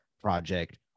Project